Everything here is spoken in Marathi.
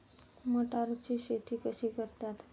मटाराची शेती कशी करतात?